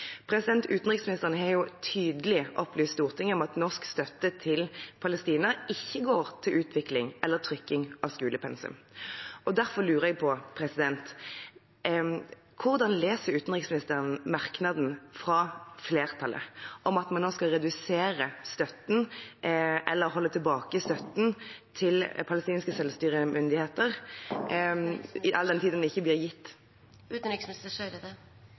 Utenriksministeren har tydelig opplyst Stortinget om at norsk støtte til Palestina ikke går til utvikling eller trykking av skolepensum. Derfor lurer jeg på: Hvordan leser utenriksministeren merknaden fra flertallet om at man nå skal redusere eller holde tilbake støtten til palestinske selvstyremyndigheter, all den tid den ikke blir gitt?